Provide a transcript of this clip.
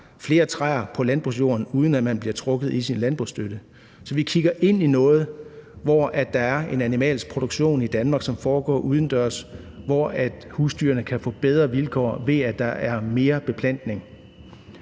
flere træer på landbrugsjorden, uden at man bliver trukket i sin landbrugsstøtte. Så vi kigger ind i noget, hvor der er en animalsk produktion i Danmark, som foregår udendørs, hvor husdyrene kan få bedre vilkår, ved at der er mere beplantning.